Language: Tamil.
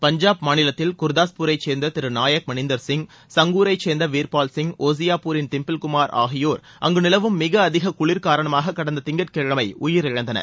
பஞ்சாப் மாநிலத்தில் குர்தாஸ்பூரைச் சேர்ந்த திரு நாயக் மனீந்தர்சிங் சங்குருரைச் சேர்ந்த வீர்பால் சிங் ஓசியாப்பூரின் திம்பில் குமார் ஆகியோர் அங்க நிலவும் மிக அதிக குளிர் காரணமாக கடந்த திங்கட் கிழமை உயிரிழந்தனர்